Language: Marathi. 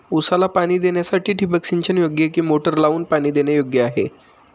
ऊसाला पाणी देण्यासाठी ठिबक सिंचन योग्य कि मोटर लावून पाणी देणे योग्य आहे?